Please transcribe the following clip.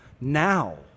Now